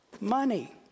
money